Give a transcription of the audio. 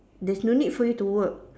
there's no need for you to work